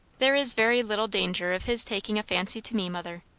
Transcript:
there is very little danger of his taking a fancy to me, mother.